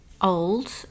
old